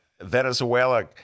Venezuela